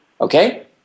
Okay